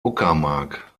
uckermark